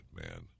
man